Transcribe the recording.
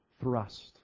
thrust